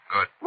Good